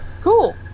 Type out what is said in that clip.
Cool